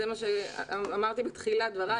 זה מה שאמרת בתחילת דבריי.